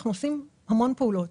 אנחנו עושים המון פעולות.